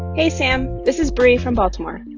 hey, sam. this is bri from baltimore.